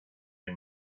you